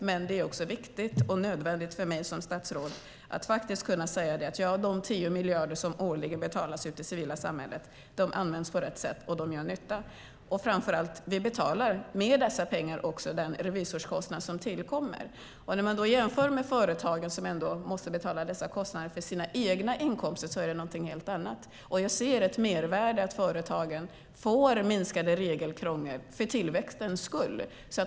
Men det är också viktigt och nödvändigt för mig som statsråd att kunna säga att de 10 miljarder som årligen betalas ut till det civila samhället används på rätt sätt och gör nytta. Framför allt betalar vi med dessa pengar den revisorskostnad som tillkommer. När man då jämför med företagen, som måste betala dessa kostnader från sina egna inkomster, är det någonting helt annat. Jag ser ett mervärde i att företagen får minskat regelkrångel för tillväxtens skull.